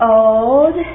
old